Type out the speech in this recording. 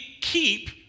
keep